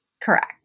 Correct